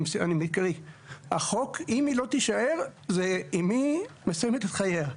אם העובדת לא תישאר, אימי מסיימת את חייה.